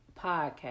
Podcast